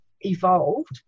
evolved